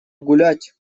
гулять